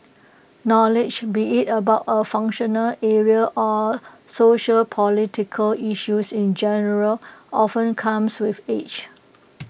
knowledge be IT about A functional area or sociopolitical issues in general often comes with age